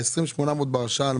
ה-20.8 מיליון שקל בהרשאה להתחייב,